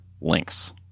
links